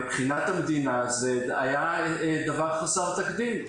מבחינת המדינה זה היה דבר חסר תקדים.